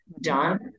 done